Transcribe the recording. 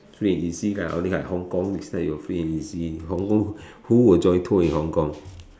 free and easy only like Hong-Kong next time you free and easy Hong-Kong who will join tour in Hong-Kong